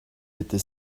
était